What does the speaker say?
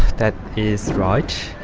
that is right.